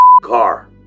car